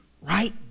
right